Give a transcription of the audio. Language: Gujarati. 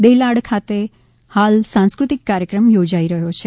દેલાડ ખાતે હાલ સાંસ્ક્રતિક કાર્યક્રમ યોજાઇ રહ્યો છે